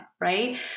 right